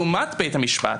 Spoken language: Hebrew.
לעומת בית המשפט,